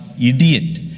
idiot